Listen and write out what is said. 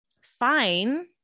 fine